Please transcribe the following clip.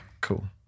Cool